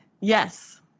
Yes